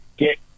Get